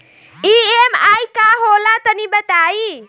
EMI का होला तनि बताई?